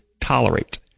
tolerate